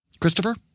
Christopher